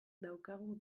daukagu